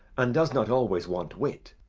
and does not always want wit.